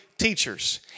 teachers